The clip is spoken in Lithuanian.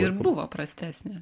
ir buvo prastesnė